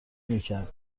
میکرد